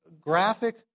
graphic